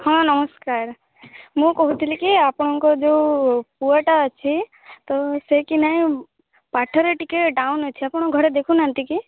ହଁ ନମସ୍କାର ମୁଁ କହୁଥିଲି କି ଆପଣଙ୍କ ଯୋଉ ପୁଅଟା ଅଛି ତ ସେ କି ନାଇଁ ପାଠରେ ଟିକେ ଡାଉନ୍ ଅଛି ଆପଣ ଘରେ ଦେଖୁନାହାଁନ୍ତି କି